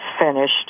finished